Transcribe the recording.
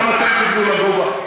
גם אתם תבנו לגובה.